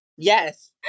Yes